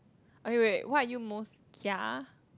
okay wait what are you most ya